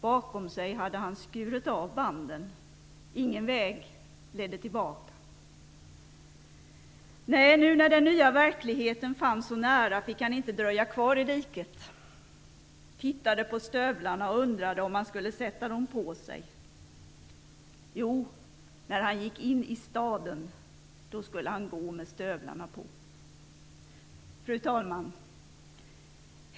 Bakom sig hade han skurit av banden, ingen väg ledde tillbaka. Nej nu när den nya verkligheten fanns så nära fick han inte dröja kvar i diket. Tittade på stövlarna och undrade om han skulle sätta dem på sig. Ja, när han gick in i staden, då skulle han gå med stövlarna på. Fru talman!